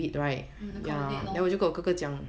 hmm accommodate lor